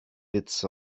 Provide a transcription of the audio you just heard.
bits